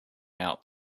out